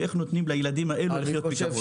ואיך נותנים לילדים האלה לחיות בכבוד.